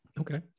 Okay